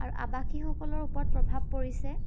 আৰু আৱাসীসকলৰ ওপৰত প্ৰভাৱ পৰিছে